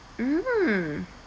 mm